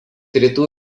rytų